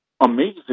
amazing